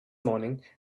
morning